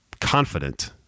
confident